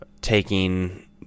taking